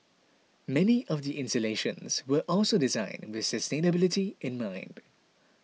many of the installations were also designed with sustainability in mind